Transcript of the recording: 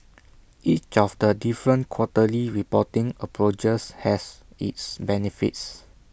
each of the different quarterly reporting approaches has its benefits